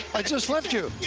i just left you.